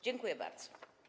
Dziękuję bardzo.